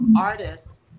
artists